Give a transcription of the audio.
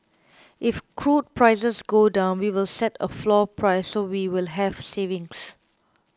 if crude prices go down we will set a floor price so we will have savings